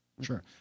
Sure